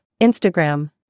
Instagram